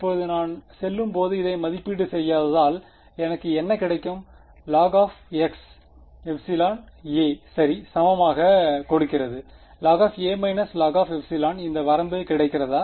இப்போது நான் செல்லும் போது இதை மதிப்பீடு செய்யதால் எனக்கு என்ன கிடைக்கும் log a சரி சமமாக கொடுக்கிறது log log ε இந்த வரம்பு இருக்கிறதா